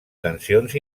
tensions